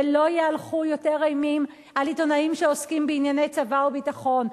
ולא יהלכו יותר אימים על עיתונאים שעוסקים בענייני צבא וביטחון.